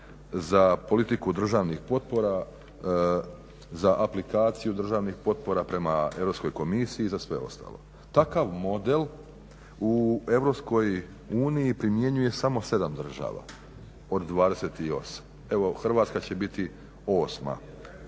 za politiku državnih potpora, za aplikaciju državnih potpora prema Europskoj komisiji i za sve ostalo. Takav model u EU primjenjuje samo 7 država od 28. Evo Hrvatska će biti 8,